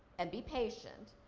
and be patient,